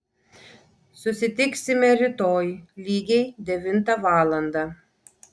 susitiksime rytoj lygiai devintą valandą